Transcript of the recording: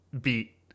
Beat